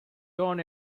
don